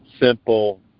simple